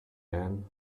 man